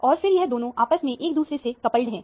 और फिर यह दोनों आपस में एक दूसरे से कपल्ड है